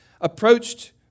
approached